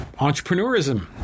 entrepreneurism